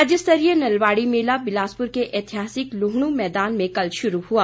राज्यस्तरीय नलवाड़ी मेला बिलासपुर के ऐतिहासिक लूहणु मैदान में कल शुरू हुआ